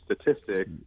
statistic